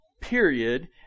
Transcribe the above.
period